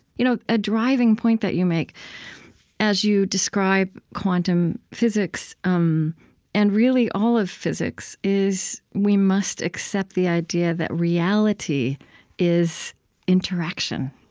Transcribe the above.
you know a driving point that you make as you describe quantum physics, um and really all of physics, is, we must accept the idea that reality is interaction